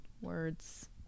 words